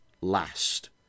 last